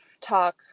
talk